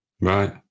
Right